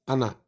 Ana